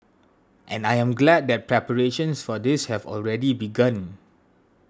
and I am glad that preparations for this have already begun